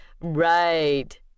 Right